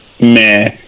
meh